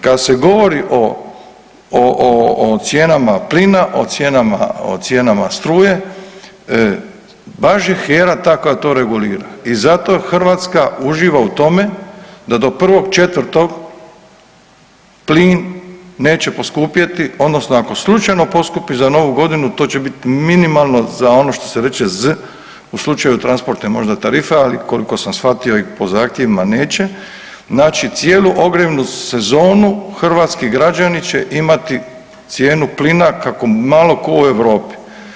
Kada se govori o cijenama plina, o cijenama struje baš je HERA ta koja to regulira i zato Hrvatska uživa u tome da do 1.4. plin neće poskupjeti odnosno ako slučajno poskupi za Novu godinu to će biti minimalno za ono što se reče z u slučaju transportne možda tarife, ali koliko sam shvatio i po zahtjevima neće, znači cijelu ogrijevnu sezonu hrvatski građani će imati cijenu plina kako malo ko u Europi.